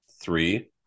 three